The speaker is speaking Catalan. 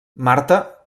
marta